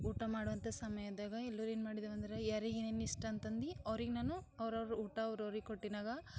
ಊಟ ಮಾಡುವಂಥ ಸಮಯದಾಗ ಎಲ್ಲರು ಏನು ಮಾಡಿದ್ದೇವಂದ್ರೆ ಯಾರಿಗೆ ಏನೇನು ಇಷ್ಟ ಅಂತಂದು ಅವ್ರಿಗೆ ನಾನು ಅವರವರ ಊಟ ಅವರವರಿಗೆ ಕೊಟ್ಟಿನಾಗ